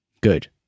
Good